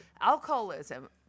alcoholism